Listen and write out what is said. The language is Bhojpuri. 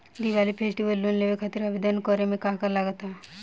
दिवाली फेस्टिवल लोन लेवे खातिर आवेदन करे म का का लगा तऽ?